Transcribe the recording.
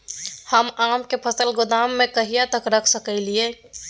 हम आम के फल गोदाम में कहिया तक रख सकलियै?